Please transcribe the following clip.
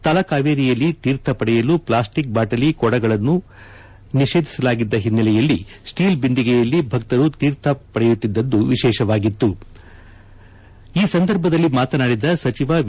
ತಲಕಾವೇರಿಯಲ್ಲಿ ತೀರ್ಥ ಪಡೆಯಲು ಪ್ಲಾಸ್ಟಿಕ್ ಬಾಟಲಿ ಕೊಡಗಳನ್ನು ನಿಷೇಧಿಸಲಾಗಿದ್ದ ಹಿನ್ನೆಲೆಯಲ್ಲಿ ಸ್ಟೀಲ್ ಬಿಂದಿಗೆಯಲ್ಲಿ ಭಕ್ತರು ತೀರ್ಥ ಪಡೆಯುತ್ತಿದ್ದದ್ದು ವಿಶೇಷವಾಗಿತ್ತು ಈ ಸಂದರ್ಭದಲ್ಲಿ ಮಾತನಾಡಿದ ಸಚಿವ ವಿ